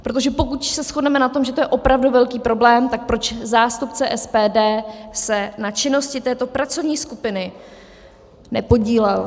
Protože pokud se shodneme na tom, že to je opravdu velký problém, tak proč zástupce SPD se na činnosti této pracovní skupiny nepodílel?